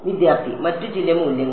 വിദ്യാർത്ഥി മറ്റ് ചില മൂല്യങ്ങൾ